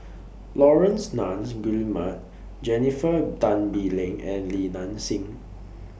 Laurence Nunns Guillemard Jennifer Tan Bee Leng and Li Nanxing